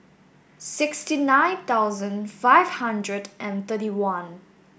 sixty nine thousand five hundred and thirty one